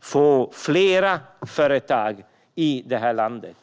få fler företag i det här landet.